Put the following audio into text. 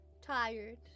tired